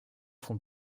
font